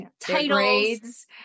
titles